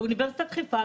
באוניברסיטת חיפה,